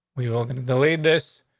we were going to delay this,